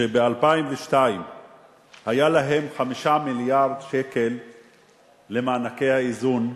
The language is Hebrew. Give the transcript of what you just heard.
שב-2002 היו להן 5 מיליארד שקל למענקי האיזון ורק,